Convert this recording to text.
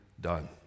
done